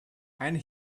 and